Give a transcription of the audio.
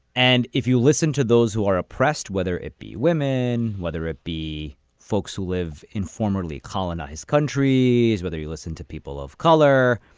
and if you listen to those who are oppressed, whether it be women, whether it be folks who live in formerly colonized countries, whether you listen to people of color,